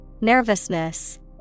Nervousness